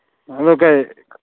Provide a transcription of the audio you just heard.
ꯑꯗꯨ ꯀꯔꯤ